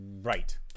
right